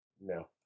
No